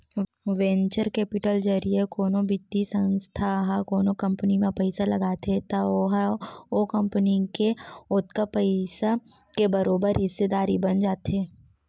venture capital जरिए कोनो बित्तीय संस्था ह कोनो कंपनी म पइसा लगाथे त ओहा ओ कंपनी के ओतका पइसा के बरोबर हिस्सादारी बन जाथे